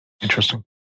Interesting